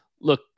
Look